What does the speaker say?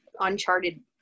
uncharted